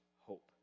hope